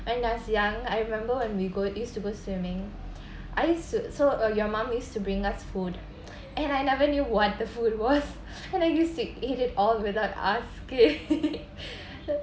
when I was young I remember when we go used to go swimming I swi~ so uh your mum used to bring us food and I never knew what the food was kind of used to eat it all without asking